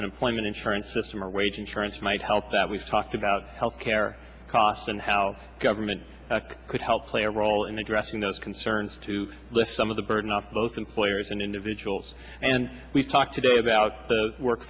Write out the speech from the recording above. unemployment insurance system or wage insurance might help that we've talked about health care cost and how government could help play a role in addressing those concerns to lift some of the burden off both employers and individuals and we've talked today about the wor